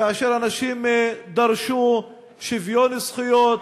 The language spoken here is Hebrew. כאשר אנשים דרשו שוויון זכויות,